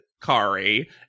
kari